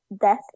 Death